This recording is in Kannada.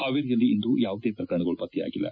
ಹಾವೇರಿಯಲ್ಲಿಂದು ಯಾವುದೇ ಪ್ರಕರಣಗಳು ಪತ್ತೆಯಾಗಿಲ್ಲ